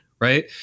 right